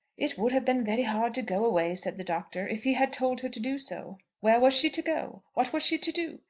it would have been very hard to go away, said the doctor, if he had told her to do so. where was she to go? what was she to do?